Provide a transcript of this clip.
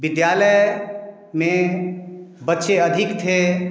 विद्यालय में बच्चे अधिक थे